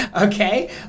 Okay